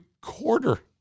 quarter